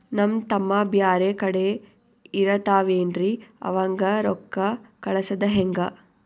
ನಮ್ ತಮ್ಮ ಬ್ಯಾರೆ ಕಡೆ ಇರತಾವೇನ್ರಿ ಅವಂಗ ರೋಕ್ಕ ಕಳಸದ ಹೆಂಗ?